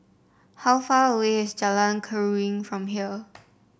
how far away is Jalan Keruing from here